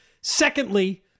Secondly